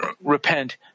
repent